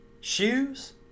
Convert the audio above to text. Shoes